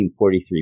1943